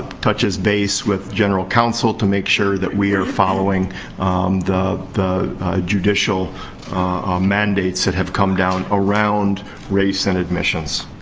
touches base with general council to make sure that we are following the the judicial mandates that have come down around race and admissions.